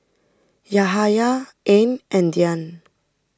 Yahaya Ain and Dian